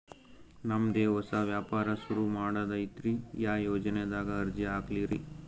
ನಮ್ ದೆ ಹೊಸಾ ವ್ಯಾಪಾರ ಸುರು ಮಾಡದೈತ್ರಿ, ಯಾ ಯೊಜನಾದಾಗ ಅರ್ಜಿ ಹಾಕ್ಲಿ ರಿ?